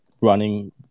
running